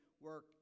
work